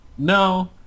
No